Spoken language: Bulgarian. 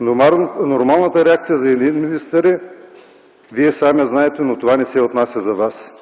нормалната реакция за един министър е – Вие сам я знаете, но това не се отнася за Вас.